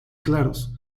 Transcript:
claros